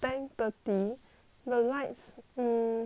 the lights mm twenty two